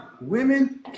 Women